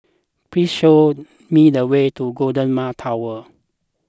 please show me the way to Golden Mile Tower